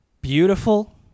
beautiful